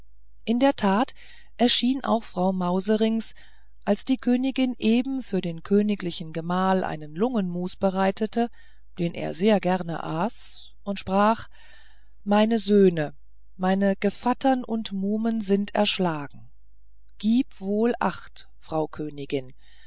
in der tat erschien auch frau mauserinks als die königin eben für den königlichen gemahl einen lungenmus bereitete den er sehr gern aß und sprach meine söhne meine gevattern und muhmen sind erschlagen gib wohl acht frau königin